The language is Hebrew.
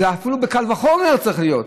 אפילו בקל וחומר זה צריך להיות.